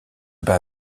bat